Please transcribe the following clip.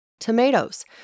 Tomatoes